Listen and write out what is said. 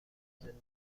زندگی